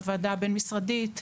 הוועדה הבין-משרדית,